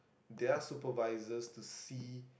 their supervisors to see